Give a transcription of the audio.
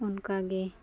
ᱚᱱᱠᱟᱜᱮ